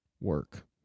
work